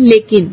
लेकिन